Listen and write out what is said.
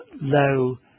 low